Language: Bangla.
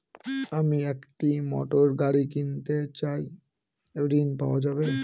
আমি একটি মোটরগাড়ি কিনতে চাই ঝণ পাওয়া যাবে?